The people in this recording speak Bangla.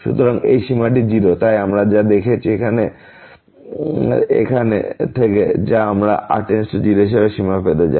সুতরাং এই সীমাটি 0 তাই আমরা যা দেখছি তা এখানে থেকে যা আমরা r → 0 হিসাবে সীমা পেতে চাই